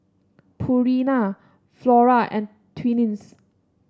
Purina Flora and Twinings